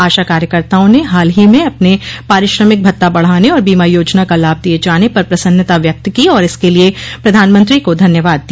आशा कार्यकत्रिया ने हाल ही में अपने पारिश्रमिक भत्ता बढ़ाने और बीमा योजना का लाभ दिये जाने पर प्रसन्नता व्यक्त की और इसके लिए प्रधानमंत्रो को धन्यवाद दिया